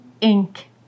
ink